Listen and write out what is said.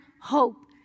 hope